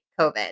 COVID